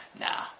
Nah